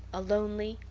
a lonely,